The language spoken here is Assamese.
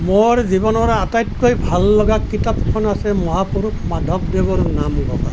মোৰ জীৱনৰ আটাইতকৈ ভাল লগা কিতাপখন আছে মহাপুৰুষ মাধৱদেৱৰ নামঘোষা